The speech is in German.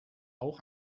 auch